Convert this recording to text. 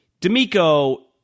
D'Amico